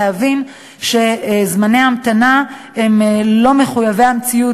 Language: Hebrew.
להבין שזמני ההמתנה הם לא מחויבי המציאות,